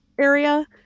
area